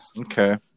Okay